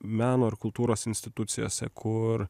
meno ir kultūros institucijose kur